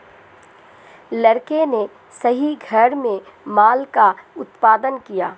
लड़के ने सही घर में माल का उत्पादन किया